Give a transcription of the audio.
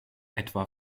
etwa